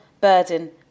burden